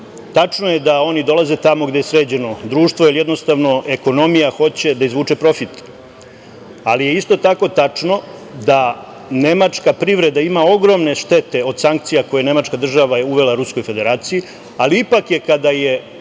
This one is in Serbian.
tačno je da oni dolaze tamo gde je sređeno društvo jer jednostavno ekonomija hoće da izvuče profit, ali je isto tako tačno da nemačka privreda ima ogromne štete sankcija koje nemačka država je uvela Ruskoj Federaciji, ali ipak kada je